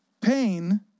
Pain